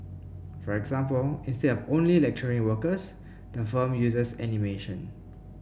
for example instead of only lecturing workers the firm uses animation